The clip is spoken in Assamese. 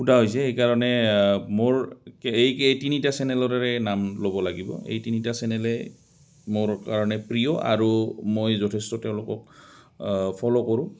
সোধা হৈছে সেইকাৰণে মোৰ এই তিনিটা চেনেলৰে নাম ল'ব লাগিব এই তিনিটা চেনেলেই মোৰ কাৰণে প্ৰিয় আৰু মই যথেষ্ট তেওঁলোকক ফ'ল' কৰোঁ